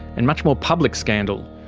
and much more public scandal,